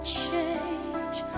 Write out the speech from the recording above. change